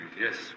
Yes